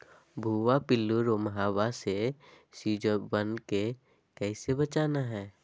भुवा पिल्लु, रोमहवा से सिजुवन के कैसे बचाना है?